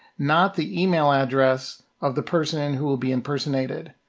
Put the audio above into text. not the email address of the person who will be impersonated.